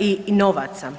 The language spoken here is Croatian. i novaca.